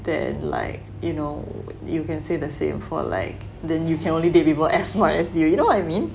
they're and like you know you can say the same for like then you can only date people as far as you you know what I mean